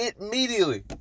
immediately